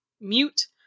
mute